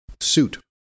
suit